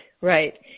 right